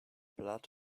blood